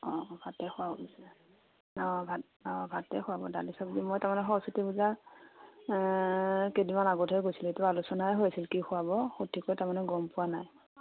অঁ অঁ ভাতে খোৱা অঁ ভাত অঁ ভাতে খোৱাব দালি চব্জি মই তাৰমানে সৰস্বতী পূজা কেইদিনমান আগতহে গৈছিলো এইটো আলোচনাই হৈ আছিল কি খোৱাব সঠিকৈ তাৰমানে গম পোৱা নাই